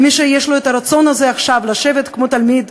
ומי שיש לו את הרצון הזה עכשיו לשבת כמו תלמיד,